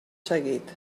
seguit